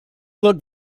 look